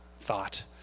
thought